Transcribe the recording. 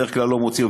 שבדרך כלל לא מוציאים.